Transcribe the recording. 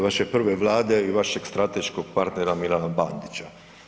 vaše prve Vlade i vašeg strateškog partnera Milana Bandića.